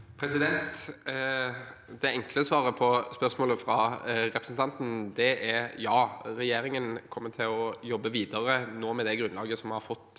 Det enkle svaret på spørsmålet fra representanten er ja. Regjeringen kommer nå til å jobbe videre med det grunnlaget vi har fått